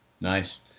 Nice